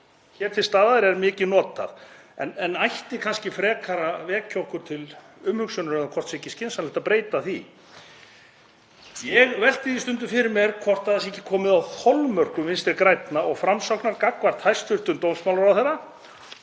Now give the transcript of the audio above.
hér til staðar er mikið notað, en ætti kannski frekar að vekja okkur til umhugsunar um það hvort sé ekki skynsamlegt að breyta því. Ég velti því stundum fyrir mér hvort það sé ekki komið að þolmörkum Vinstri grænna og Framsóknar gagnvart hæstv. dómsmálaráðherra